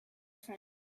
phone